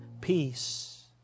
peace